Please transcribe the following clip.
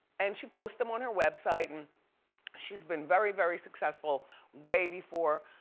and she posts them on her website and she's been very very successful way before